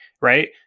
Right